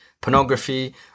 pornography